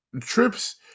trips